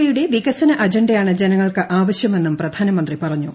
എയുടെ വികസന അജണ്ടയാണ് ജനങ്ങൾക്ക് ആവശൃമെന്നും പ്രധാനമന്ത്രി പറഞ്ഞു